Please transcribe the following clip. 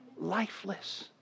lifeless